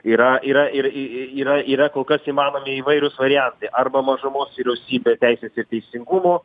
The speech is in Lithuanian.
yra yra ir y y yra yra kol kas įmanomi įvairūs variantai arba mažumos vyriausybė teisės ir teisingumo